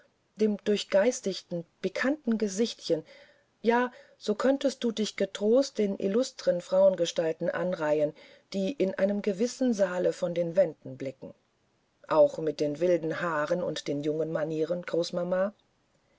dem durchgeistigten pikanten gesichtchen ja so könntest du dich getrost den illustren frauengestalten anreihen die in einem gewissen saale von den wänden blicken auch mit dem wilden haar und den jungenmanieren